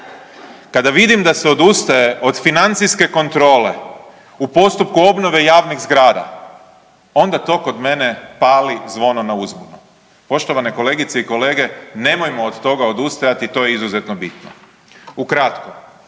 Kada vidim da se odustaje od financijske kontrole u postupku obnove javnih zgrada onda to kod mene pali zvono na uzbunu. Poštovane kolegice i kolege nemojmo od toga odustajati to je izuzetno bitno. Ukratko,